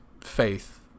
faith